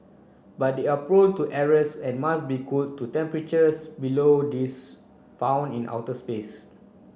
but they are prone to errors and must be cooled to temperatures below these found in outer space